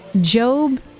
Job